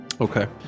okay